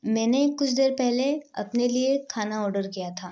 मैंने कुछ देर पहले अपने लिए खाना ऑर्डर किया था